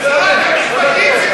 שרת המשפטים ציפי לבני, איפה היא?